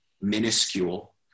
minuscule